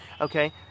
Okay